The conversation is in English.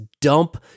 dump